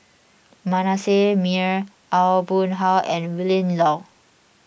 Manasseh Meyer Aw Boon Haw and Willin Low